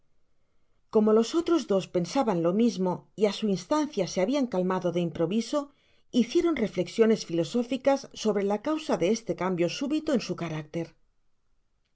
como los otros dos pensaban lo mismo y á su instancia se habian calmado de improviso hicieron reflecsiones filosóficas sobro la causa de este cambio súbito en su carácter